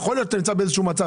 יכול להיות שנמצאים באיזה מצב,